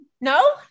no